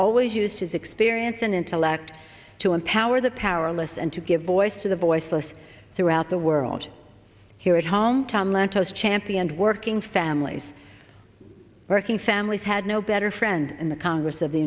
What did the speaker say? always used his experience in intellect to empower the powerless and to give voice to the voiceless throughout the world here at home tom lantos championed working families working families had no better friend in the congress of the